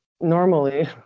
normally